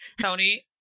Tony